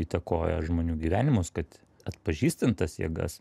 įtakoja žmonių gyvenimus kad atpažįstant tas jėgas